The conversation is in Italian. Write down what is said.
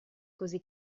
così